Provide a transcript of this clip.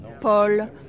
Paul